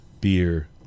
beer